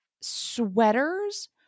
sweaters